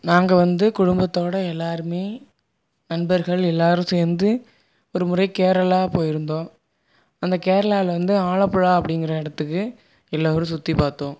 நாங்கள் வந்து குடும்பத்தோடு எல்லாரும் நண்பர்கள் எல்லோரும் சேர்ந்து ஒருமுறை கேரளா போயிருந்தோம் அந்த கேரளாவில் வந்து ஆலப்புழா அப்படிங்கற இடத்துக்கு எல்லோரும் சுற்றி பார்த்தோம்